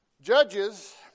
Judges